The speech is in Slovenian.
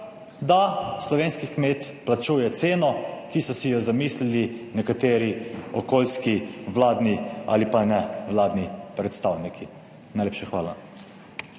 da slovenski kmet plačuje ceno, ki so si jo zamislili nekateri okoljski, vladni ali pa nevladni predstavniki. Najlepša hvala.